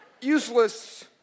Useless